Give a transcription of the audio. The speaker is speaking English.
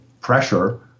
pressure